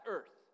Earth